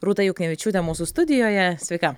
rūta juknevičiūtė mūsų studijoje sveika